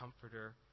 comforter